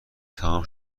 تموم